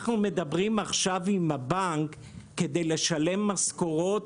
אנחנו מדברים עכשיו עם הבנק כדי לשלם משכורת